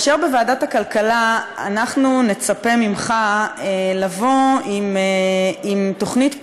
ובוועדת הכלכלה אנחנו נצפה ממך לבוא עם תוכנית פעולה,